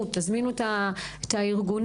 תזמינו את הארגונים,